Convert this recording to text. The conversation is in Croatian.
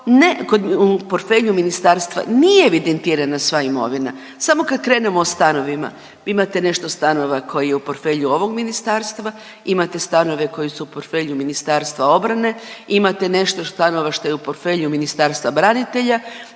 u portfelju ministarstva nije evidentirana sva imovina. Samo kad krenemo o stanovima vi imate nešto stanova koji je u portfelju ovog ministarstva, imate stanove koji su u portfelju Ministarstva obrane, imate nešto stanova što je u portfelju Ministarstva branitelja,